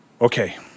Okay